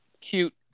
cute